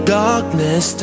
darkness